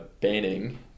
banning